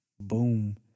boom